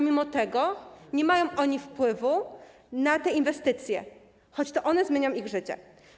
Mimo to nie mają oni wpływu na te inwestycje, choć one zmienią ich życie.